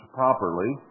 properly